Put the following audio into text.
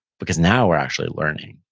because now we're actually learning.